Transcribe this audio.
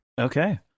Okay